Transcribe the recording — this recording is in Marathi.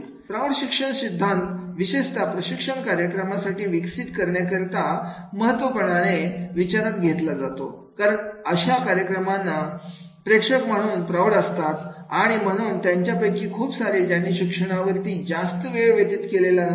प्रौढ शिक्षण सिद्धांत विशेषता प्रशिक्षण कार्यक्रम विकसित करण्याकरिता महत्व पणाने विचारात घेतला जातो कारण अशा कार्यक्रमांना प्रेक्षक म्हणून प्रौढ असतात आणि म्हणून त्यांच्यापैकी खूप सारे ज्यांनी शिक्षणावर ती जास्त वेळ व्यतीत केलेला नसतो